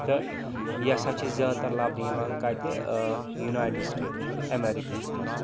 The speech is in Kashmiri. تہٕ یہِ ہَسا چھِ زیادٕ تَر لَبنہٕ یِوان کَتہِ یونایٹِڈ سٹیٹ امرِیکاہَس منٛز